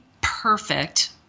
perfect